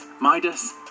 Midas